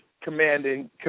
commanding